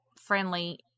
friendly